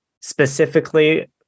specifically